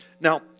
Now